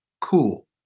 cool